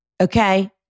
Okay